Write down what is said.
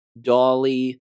Dolly